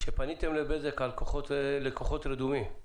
כאשר פניתם לבזק בנושא לקוחות רדומים,